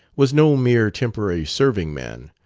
was no mere temporary serving-man,